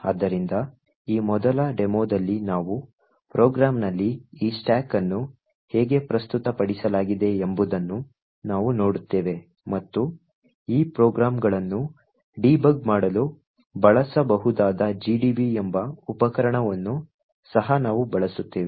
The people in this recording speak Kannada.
ಆದ್ದರಿಂದ ಈ ಮೊದಲ ಡೆಮೊದಲ್ಲಿ ನಾವು ಪ್ರೋಗ್ರಾಂನಲ್ಲಿ ಈ ಸ್ಟಾಕ್ ಅನ್ನು ಹೇಗೆ ಪ್ರಸ್ತುತಪಡಿಸಲಾಗಿದೆ ಎಂಬುದನ್ನು ನಾವು ನೋಡುತ್ತೇವೆ ಮತ್ತು ಈ ಪ್ರೋಗ್ರಾಂಗಳನ್ನು ಡೀಬಗ್ ಮಾಡಲು ಬಳಸಬಹುದಾದ gdb ಎಂಬ ಉಪಕರಣವನ್ನು ಸಹ ನಾವು ಬಳಸುತ್ತೇವೆ